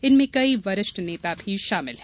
इनमें कई वरिष्ठ नेता भी शामिल हैं